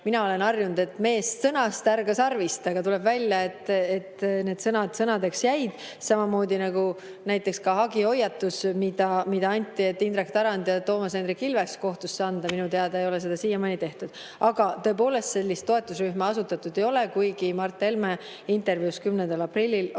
mina olen harjunud [põhimõttega], et meest sõnast, härga sarvist –, tuleb välja, et need sõnad sõnadeks jäid, samamoodi nagu näiteks hagihoiatus, mis anti, et Indrek Tarand ja Toomas Hendrik Ilves kohtusse anda, mida minu teada ei ole siiamaani tehtud. Aga tõepoolest, sellist toetusrühma asutatud ei ole, kuigi Mart Helme intervjuus 10. aprillil